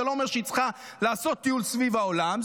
לא אומר שהיא צריכה לעשות טיול סביב העולם,